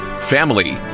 family